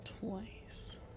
Twice